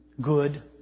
good